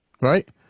right